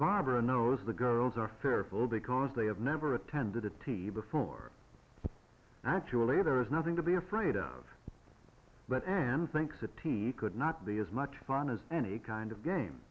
barbara knows the girls are fearful because they have never attended a t v before actually there is nothing to be afraid of but an thinks it could not be as much fun as any kind of game